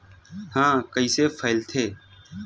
ह कइसे फैलथे?